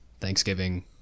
thanksgiving